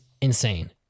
insane